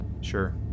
Sure